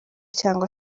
cyangwa